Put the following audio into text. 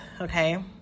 okay